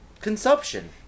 consumption